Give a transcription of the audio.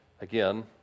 Again